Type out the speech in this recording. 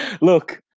Look